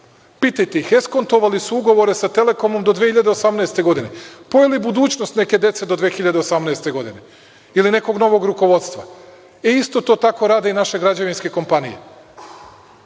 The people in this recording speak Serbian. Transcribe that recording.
ih eskontovali su ugovore sa „Telekomom“ do 2018. godine. Pojeli budućnost neke dece do 2018. godine ili nekog novog rukovodstva. E, isto to tako rade i naše građevinske kompanije